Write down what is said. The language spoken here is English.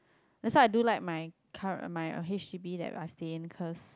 that's why I do like my current my h_d_b that I stay in cause